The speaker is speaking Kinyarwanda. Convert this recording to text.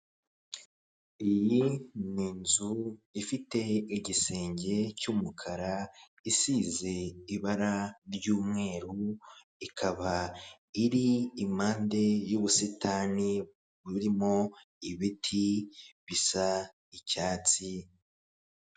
Iyi ni inzu ifite igisenge cy'umukara, isize ibara ry'umweru, ikaba iri impande y'ubusitani burimo ibiti bisa icyatsi.